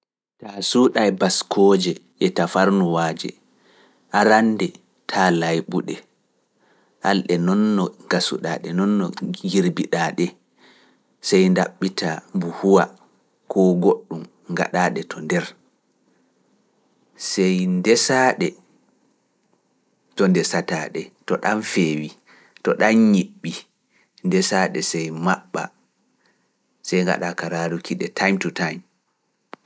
Taa suuɗae baskooje e tafarnuwaaje, arande taa layɓuɗe, alɗe non no gasuɗa, ɗe non no njirbiɗa ɗe, sey ndaɓɓita mbu huwa kuu goɗɗum, ngaɗa ɗe to nder, sey ndesa ɗe to ndesataa ɗe, to ɗam feewi, to ɗam ñiɓɓi, ndesa ɗe sey maɓɓa, sey ngaɗa kala ruuki ɗe, time to time.